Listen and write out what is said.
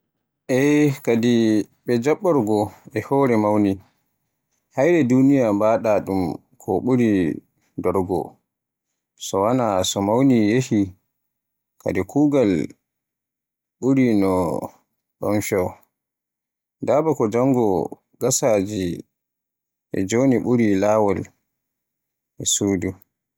Eey, kadi ɓe, jaɓɓorgo e hoore mawni, hayre duniyaa mbaɗa ɗum ko ɓuri dorgo. So wonaa, so mawni yahi, kadi kuugal ɓuri no ɗon feewa. Daaba ko jango, gasaaji, e jooni ɓuri laawol e suudu.